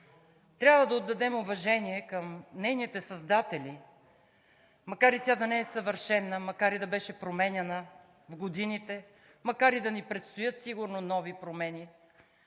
трябва да отдадем уважение към нейните създатели, макар и тя да не е съвършена, макар и да беше променяна в годините, макар и да ни предстоят сигурно нови промени.